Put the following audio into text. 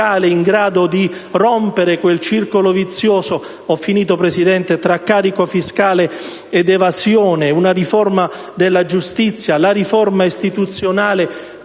in grado di rompere quel circolo vizioso fra carico fiscale ed evasione; una riforma della giustizia; una riforma istituzionale